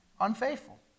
unfaithful